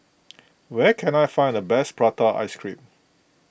where can I find the best Prata Ice Cream